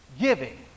giving